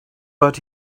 but